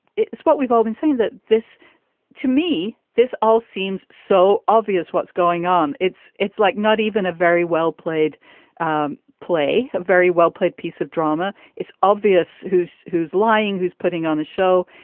it's what we've all been saying that this to me, this all seems so obvious. what's going on. it's it's like not even a very well-played um play, a very well-played piece of drama. it's obvious who's who's lying, who's putting on a show.